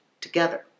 together